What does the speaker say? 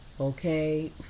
okay